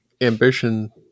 ambition